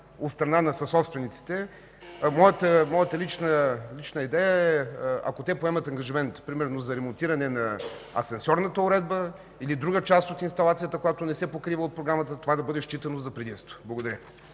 от страна на съсобствениците – моята лична идея е, ако те поемат ангажимент, примерно за ремонтиране на асансьорната уредба или друга част от инсталацията, която не се покрива от програмата, това да бъде считано за предимство. Благодаря.